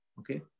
Okay